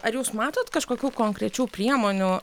ar jūs matot kažkokių konkrečių priemonių